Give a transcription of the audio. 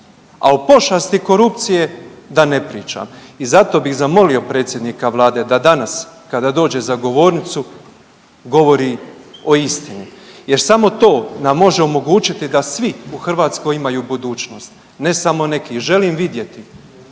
a o pošasti korupcije da i ne pričam. I zato bih zamolio predsjednika vlade da danas kada dođe za govornicu govori o istini jer samo to nam može omogućiti da svi u Hrvatskoj imaju budućnost, ne samo neki. Želim vidjeti